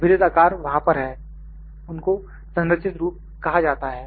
विदित आकार वहां पर हैं उनको संरचित्त रूप कहा जाता है